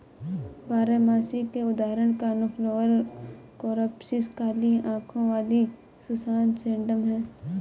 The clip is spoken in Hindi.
बारहमासी के उदाहरण कोर्नफ्लॉवर, कोरॉप्सिस, काली आंखों वाली सुसान, सेडम हैं